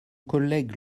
collègue